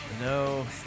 no